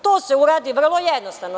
To se uradi vrlo jednostavno.